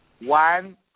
one